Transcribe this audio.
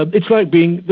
ah it's like being,